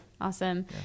Awesome